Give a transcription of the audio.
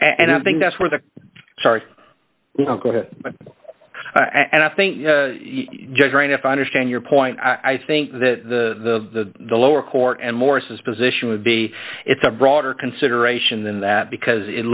and i think that's where the sorry don't go to and i think you're right if i understand your point i think that the the lower court and more says position would be it's a broader consideration than that because it